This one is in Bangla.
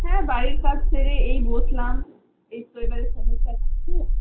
হ্যাঁ বাড়ির কাজ সেরে এই বসলাম এই তো এবারে গুছিয়ে